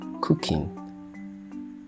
cooking